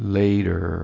later